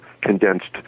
condensed